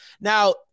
now